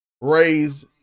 raise